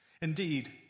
Indeed